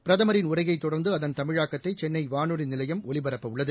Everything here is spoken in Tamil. பிரதமரின் உரையைத் தொடர்ந்து அதன் தமிழாக்கத்தைசென்னைவானொலிநிலையம் ஒலிபரப்பவுள்ளது